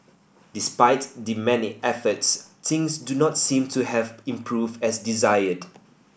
despite the many efforts things do not seem to have improved as desired